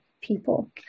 people